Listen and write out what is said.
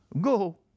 go